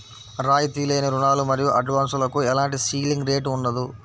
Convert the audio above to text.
రాయితీ లేని రుణాలు మరియు అడ్వాన్సులకు ఎలాంటి సీలింగ్ రేటు ఉండదు